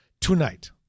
tonight